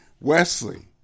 Wesley